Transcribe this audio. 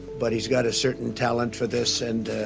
but he's got a certain talent for this, and,